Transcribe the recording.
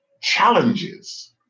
challenges